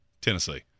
Tennessee